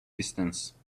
distance